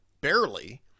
barely